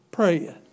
praying